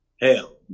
Hell